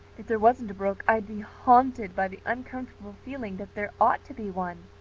if there wasn't a brook i'd be haunted by the uncomfortable feeling that there ought to be one.